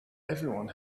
everyone